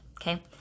okay